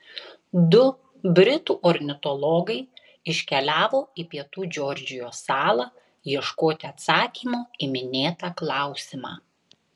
du britų ornitologai iškeliavo į pietų džordžijos salą ieškoti atsakymo į minėtą klausimą